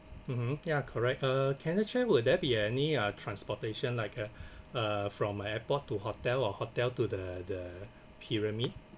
mmhmm yeah correct uh can I check will there be any uh transportation like a uh from airport to hotel or hotel to the the pyramid